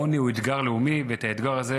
העוני הוא אתגר לאומי, והאתגר הזה,